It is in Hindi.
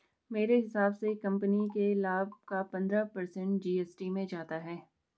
मेरे हिसाब से कंपनी के लाभ का पंद्रह पर्सेंट जी.एस.टी में जाता है